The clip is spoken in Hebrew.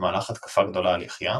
במהלך התקפה גדולה על יחיעם,